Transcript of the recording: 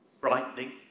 frightening